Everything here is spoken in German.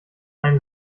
eine